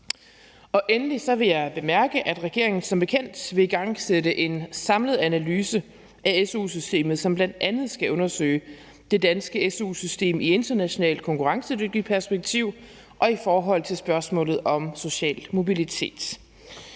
Endelig vil jeg bemærke, at regeringen som bekendt vil igangsætte en samlet analyse af su-systemet, som bl.a. skal undersøge det danske su-system i internationalt konkurrenceperspektiv og i forhold til spørgsmålet om social mobilitet,